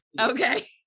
Okay